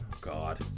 God